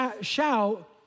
shout